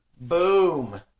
Boom